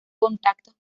contactos